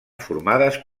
formades